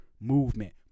movement